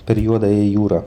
per juodąją jūrą